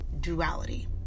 duality